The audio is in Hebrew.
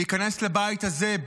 להיכנס לבית הזה,